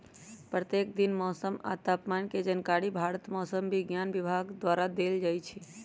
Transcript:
प्रत्येक दिन मौसम आ तापमान के जानकारी भारत मौसम विज्ञान विभाग द्वारा देल जाइ छइ